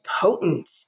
potent